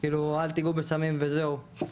אל תגעו בסמים, וזהו.